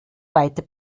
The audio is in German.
weiter